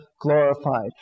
glorified